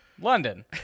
London